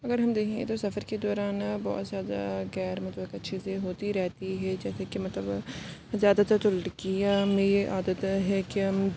اگر ہم دیکھیں تو سفر کے دوران بہت زیادہ غیر متوقع چیزیں ہوتی رہتی ہے جیسے کہ مطلب وہ زیادہ تر جو لڑکیاں میں یہ عادت ہے کہ